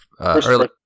early –